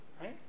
right